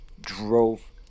drove